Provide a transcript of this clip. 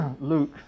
Luke